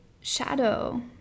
shadow